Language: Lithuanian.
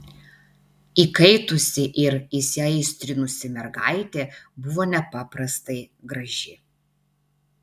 įkaitusi ir įsiaistrinusi mergaitė buvo nepaprastai graži